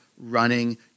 running